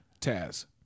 Taz